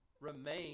remain